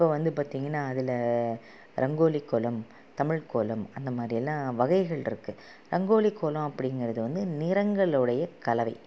இப்போ வந்து பார்த்தீங்கன்னா அதில் ரங்கோலி கோலம் தமிழ் கோலம் அந்த மாதிரி எல்லாம் வகைகளிருக்கு ரங்கோலி கோலம் அப்படிங்கறது வந்து நிறங்களுடைய கலவை